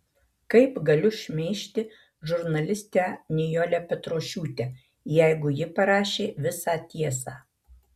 kaip galiu šmeižti žurnalistę nijolę petrošiūtę jeigu ji parašė visą tiesą